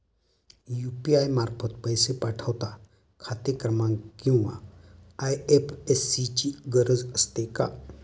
UPI मार्फत पैसे पाठवता खाते क्रमांक किंवा आय.एफ.एस.सी ची गरज असते का?